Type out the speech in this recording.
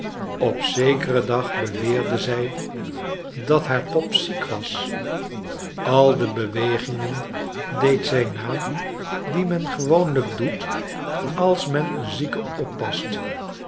op zekeren dag beweerde zij dat haar pop ziek was al de bewegingen deed zij na die men gewoonlijk doet als men een zieke oppast